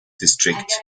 district